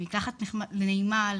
למקלחת נעימה,